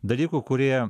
dalykų kurie